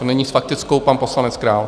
Nyní s faktickou pan poslanec Král.